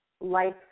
life